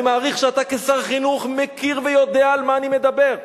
אני מעריך שאתה כשר חינוך מכיר ויודע על מה אני מדבר.